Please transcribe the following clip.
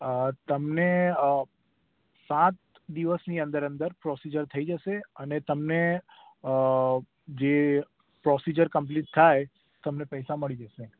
અ તમને સાત દિવસની અંદર અંદર પ્રોસિઝર થઇ જશે અને તમને જે પ્રોસિઝર કંપ્લીટ થાય તમને પૈસા મળી જશે